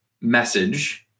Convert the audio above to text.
message